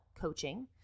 coaching